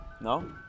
No